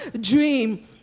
dream